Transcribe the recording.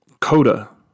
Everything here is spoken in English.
CODA